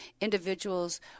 individuals